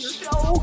show